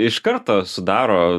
iš karto sudaro